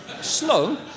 Slow